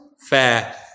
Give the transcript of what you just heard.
fair